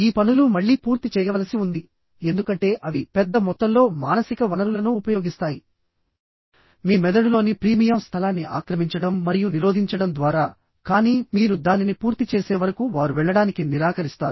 ఈ పనులు మళ్ళీ పూర్తి చేయవలసి ఉంది ఎందుకంటే అవి పెద్ద మొత్తంలో మానసిక వనరులను ఉపయోగిస్తాయి మీ మెదడులోని ప్రీమియం స్థలాన్ని ఆక్రమించడం మరియు నిరోధించడం ద్వారా కానీ మీరు దానిని పూర్తి చేసే వరకు వారు వెళ్లడానికి నిరాకరిస్తారు